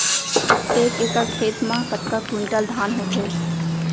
एक एकड़ खेत मा कतका क्विंटल धान होथे?